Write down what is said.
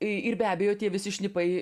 ir be abejo tie visi šnipai